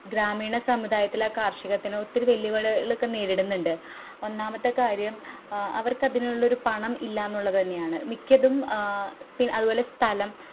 ഗ്രാമീണ സമുദായത്തിലെ കാർഷികത്തിന് ഒത്തിരി വെല്ലുവിളികളൊക്കെ നേരിടുന്നുണ്ട് ഒന്നാമത്തെ കാര്യം അവർക്ക് അതിനുള്ള പണം ഇല്ല എന്നുള്ളതു തന്നെയാണ് മിക്കതും പിന്നെ അതുപൊലെ സ്ഥലം